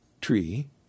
tree